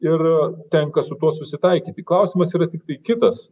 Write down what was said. ir tenka su tuo susitaikyti klausimas yra tiktai kitas